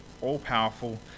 all-powerful